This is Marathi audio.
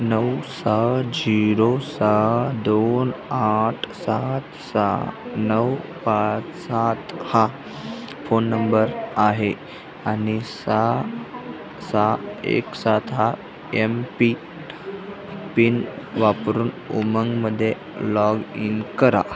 नऊ सहा झिरो सहा दोन आठ सात सहा नऊ पाच सात हा फोन नंबर आहे आणि सहा सहा एक सात हा एम पी पिन वापरून उमंगमध्ये लॉग इन करा